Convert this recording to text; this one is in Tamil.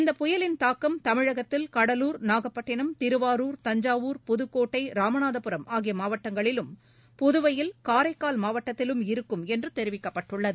இந்த புயலின் தாக்கம் தமிழகத்தில் கடலூர் நாகப்பட்டினம் திருவாரூர் தஞ்சாவூர் புதுக்கோட்டை ராமநாதபுரம் ஆகிய மாவட்டங்களிலும் புதுவையில் காரைக்கால் மாவட்டத்திலும் இருக்கும் என்று தெரிவிக்கப்பட்டுள்ளது